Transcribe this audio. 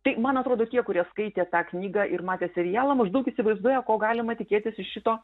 tai man atrodo tie kurie skaitė tą knygą ir matė serialą maždaug įsivaizduoja ko galima tikėtis iš šito